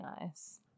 nice